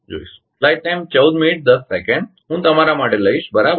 હું તમારા માટે લઈશ બરાબર